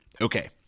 Okay